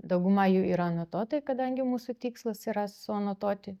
dauguma jų yra anotuotojai kadangi mūsų tikslas yra suanotuoti